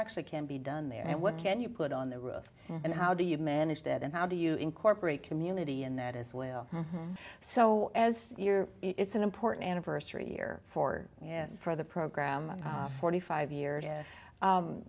actually can be done there and what can you put on the roof and how do you manage that and how do you incorporate community in that as well so as you're it's an important anniversary year forward for the program forty five years